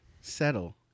settle